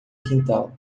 quintal